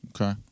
Okay